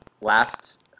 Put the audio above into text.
Last